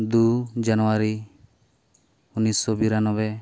ᱫᱩ ᱡᱟᱱᱩᱣᱟᱨᱤ ᱩᱱᱤᱥᱥᱚ ᱵᱤᱨᱟᱱᱚᱵᱽᱵᱮ